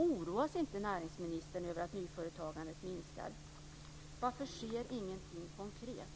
Oroas inte näringsministern över att nyföretagandet minskar? Varför sker ingenting konkret?